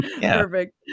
Perfect